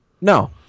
No